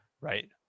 right